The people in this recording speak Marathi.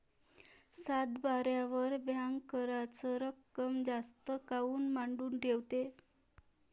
सातबाऱ्यावर बँक कराच रक्कम जास्त काऊन मांडून ठेवते?